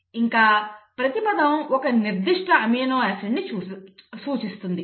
ఇంకా ప్రతి పదం ఒక నిర్దిష్ట అమైనో ఆసిడ్ని సూచిస్తుంది